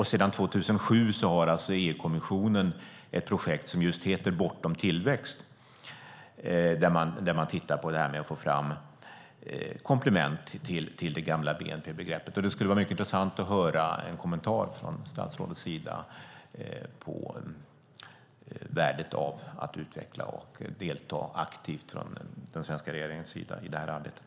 Sedan 2007 har EU-kommissionen ett projekt som heter Bortom tillväxt där man tittar på att få fram komplement till det gamla bnp-begreppet. Det skulle vara intressant att höra en kommentar från statsrådet när det gäller värdet av att den svenska regeringen aktivt deltar i det arbetet.